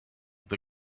the